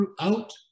throughout